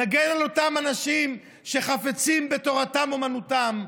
נגן על אותם אנשים שחפצים בתורתם אומנותם.